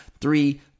three